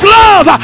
love